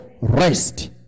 rest